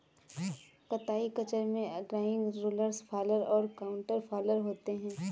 कताई खच्चर में ड्रॉइंग, रोलर्स फॉलर और काउंटर फॉलर होते हैं